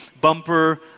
bumper